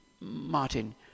Martin